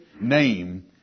name